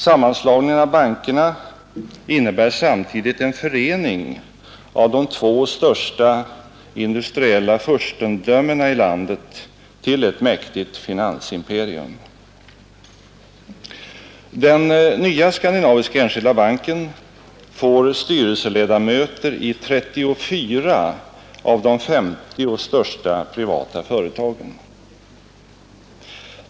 Sammanslagningen av bankerna innebär samtidigt en förening av de två största industriella furstendömena i landet till ett mäktigt finansimperium. Den nya Skandinaviska enskilda banken får styrelseledamöter i 34 av de 50 största privata företagen.